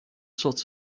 sorts